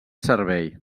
servei